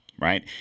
right